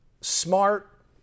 Smart